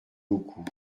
beaucoup